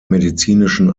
medizinischen